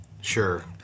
Sure